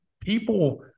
people